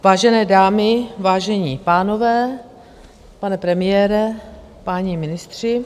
Vážené dámy, vážení pánové, pane premiére, páni ministři.